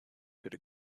could